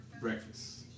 Breakfast